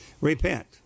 Repent